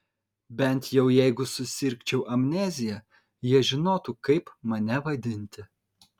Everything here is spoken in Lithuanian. bent jau jeigu susirgčiau amnezija jie žinotų kaip mane vadinti